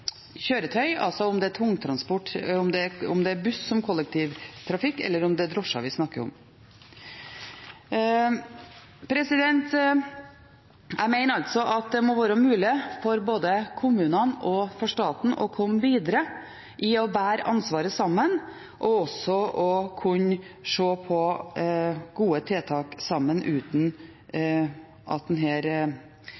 kjøretøy, altså om det er tungtransport, om det er buss som kollektivtrafikk, eller om det er drosjer vi snakker om. Jeg mener altså at det må være mulig for både kommunene og for staten å komme videre i å bære ansvaret sammen, og også å kunne se på gode tiltak sammen uten